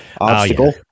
obstacle